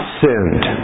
sinned